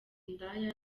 indaya